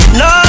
no